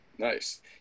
Nice